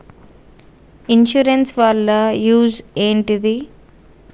Insurance వాళ్ల use ఏంటిది?